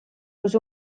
kus